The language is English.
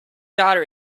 daughter